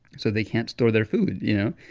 so they can't store their food, you know.